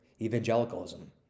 evangelicalism